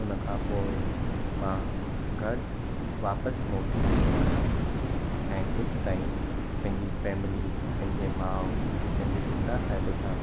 हुन खां पोइ मां घरु वापसि मोटी ईंदो आहियां ऐं कुझु टाइम पंहिंजी फेमिली पंहिंजे माउ पंहिंजे पिता साहिब सां